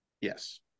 Yes